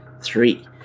three